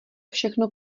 všechno